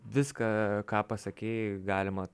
viską ką pasakei galima